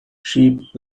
sheep